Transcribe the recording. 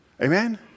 Amen